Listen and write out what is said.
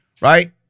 right